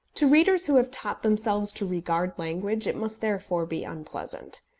to readers who have taught themselves to regard language, it must therefore be unpleasant.